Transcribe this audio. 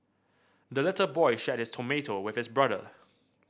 the little boy shared his tomato with his brother